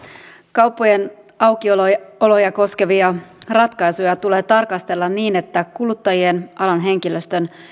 kauppojen aukioloja koskevia ratkaisuja tulee tarkastella niin että kuluttajien alan henkilöstön